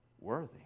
worthy